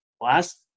last